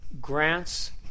grants